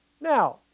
Now